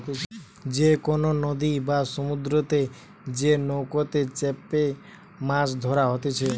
যে কোনো নদী বা সমুদ্রতে যে নৌকাতে চেপেমাছ ধরা হতিছে